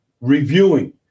reviewing